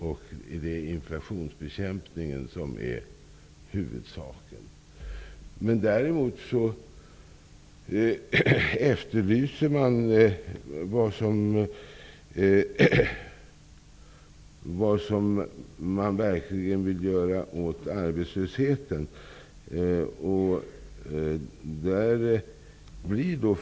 Det är inflationsbekämpningen som är huvudsaken. Däremot efterlyser jag vad man verkligen vill göra åt arbetslösheten.